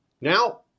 Now